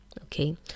okay